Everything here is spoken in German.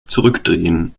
zurückdrehen